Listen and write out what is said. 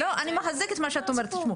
אני מחזקת מה שאת אומרת.